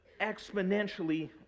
exponentially